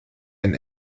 ein